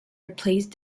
replaced